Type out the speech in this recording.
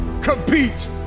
compete